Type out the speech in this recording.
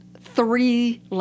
three